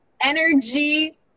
energy